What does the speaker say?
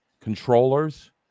controllers